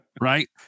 right